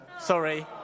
Sorry